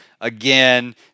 Again